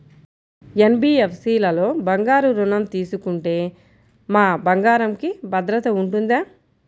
NBFC లలో బంగారు ఋణం తీసుకుంటే మా బంగారంకి భద్రత ఉంటుందా?